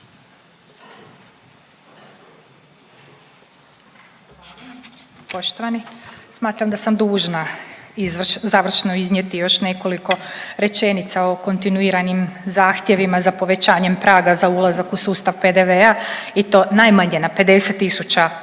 Poštovani, smatram da sam dužna završno iznijeti još nekoliko rečenica o kontinuiranim zahtjevima za povećanjem praga za ulazak u sustav PDV-a i to najmanje na 50 tisuća